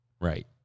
right